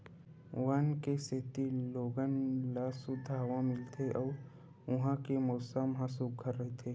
वन के सेती लोगन ल सुद्ध हवा मिलथे अउ उहां के मउसम ह सुग्घर रहिथे